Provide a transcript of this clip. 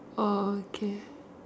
orh okay